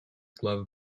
glove